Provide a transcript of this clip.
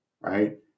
right